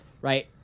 right